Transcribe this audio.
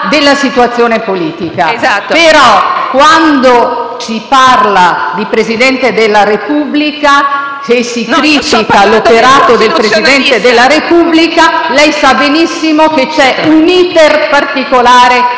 della situazione politica. Quando, però, si parla di Presidente della Repubblica, se si critica l'operato del Presidente della Repubblica, lei sa benissimo che c'è un *iter* particolare